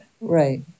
right